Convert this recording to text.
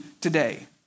today